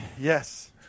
yes